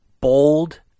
bold